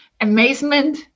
amazement